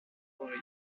maurice